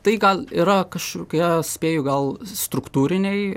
tai gal yra kažkokie spėju gal struktūriniai